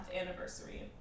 anniversary